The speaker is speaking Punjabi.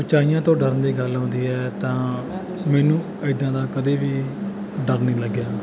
ਉੱਚਾਈਆਂ ਤੋਂ ਡਰਨ ਦੀ ਗੱਲ ਆਉਂਦੀ ਹੈ ਤਾਂ ਮੈਨੂੰ ਇੱਦਾਂ ਦਾ ਕਦੇ ਵੀ ਡਰ ਨਹੀਂ ਲੱਗਿਆ